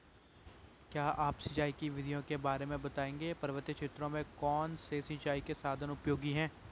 क्या आप सिंचाई की विधियों के बारे में बताएंगे पर्वतीय क्षेत्रों में कौन से सिंचाई के साधन उपयोगी हैं?